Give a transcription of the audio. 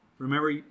Remember